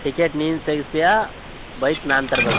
ticket ನೀನು ತೆಗೆಸ್ತಿಯಾ bike ನಾನು ತರಬೇಕಾ